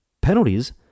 penalties